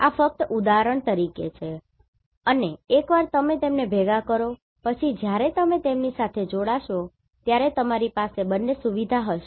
આ ફક્ત ઉદાહરણ તરીકે છે અને એકવાર તમે તેમને ભેગા કરો પછી જ્યારે તમે તેમની સાથે જોડાશો ત્યારે તમારી પાસે બંને સુવિધાઓ હશે